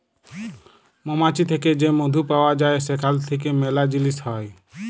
মমাছি থ্যাকে যে মধু পাউয়া যায় সেখাল থ্যাইকে ম্যালা জিলিস হ্যয়